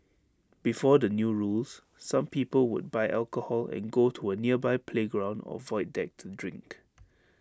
before the new rules some people would buy alcohol and go to A nearby playground or void deck to drink